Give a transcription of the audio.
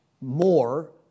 more